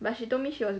ya she told me she was